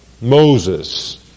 Moses